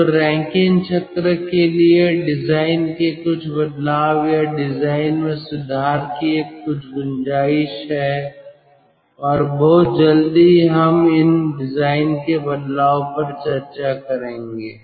तो रैंकिन चक्र के लिए डिजाइन के कुछ बदलाव या डिजाइन में सुधार की कुछ गुंजाइश हैं और बहुत जल्दी हम इन डिजाइन के बदलाव पर चर्चा करेंगे